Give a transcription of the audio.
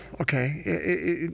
okay